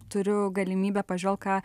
turiu galimybę pažvel ką